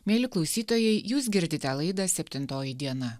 mieli klausytojai jūs girdite laidą septintoji diena